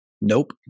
Nope